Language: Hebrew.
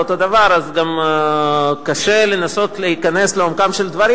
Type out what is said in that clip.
אז גם קשה לנסות להיכנס לעומקם של דברים.